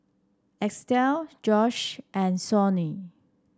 Estell Josh and Sonny